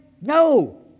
No